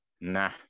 Nah